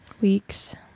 Weeks